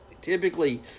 typically